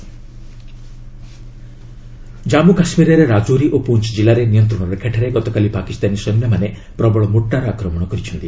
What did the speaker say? Pakistan firing Jammu କାଶ୍ମୀରରେ ରାଜୌରୀ ଓ ପୁଞ୍ କିଲ୍ଲାରେ ନିୟନ୍ତ୍ରଣରେଖାଠାରେ ଗତକାଲି ପାକିସ୍ତାନୀ ସୈନ୍ୟମାନେ ପ୍ରବଳ ମୋର୍ଟାର୍ ଆକ୍ରମଣ କରିଛନ୍ତି